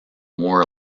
more